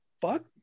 fuck